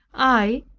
i,